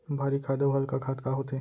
भारी खाद अऊ हल्का खाद का होथे?